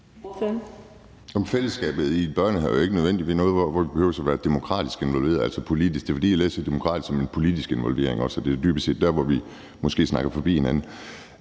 fællesskabet i en børnehave er jo ikke nødvendigvis noget, hvor de behøver at være demokratisk involveret, altså politisk. For jeg læser også »demokratisk« som en politisk involvering, og det er jo måske dybest set der, hvor vi snakker forbi hinanden.